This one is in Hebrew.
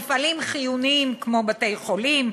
מפעלים חיוניים כמו בתי-חולים,